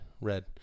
Red